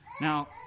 now